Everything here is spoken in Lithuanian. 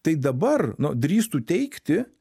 tai dabar nu drįstu teigti